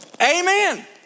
amen